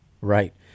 Right